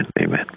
Amen